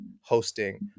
hosting